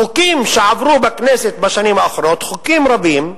החוקים שעברו בכנסת בשנים האחרונות, חוקים רבים,